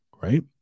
right